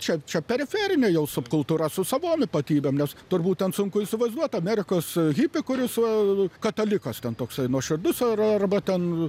čia čia periferinė jau subkultūra su savom ypatybėm nes turbūt ten sunku įsivaizduoti amerikos hipį kuris katalikas ten toksai nuoširdus ar arba ten